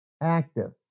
Active